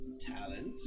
talent